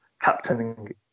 captaining